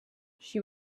she